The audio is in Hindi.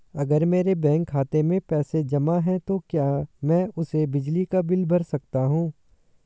अगर मेरे बैंक खाते में पैसे जमा है तो क्या मैं उसे बिजली का बिल भर सकता हूं?